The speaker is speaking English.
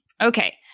okay